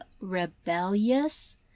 rebellious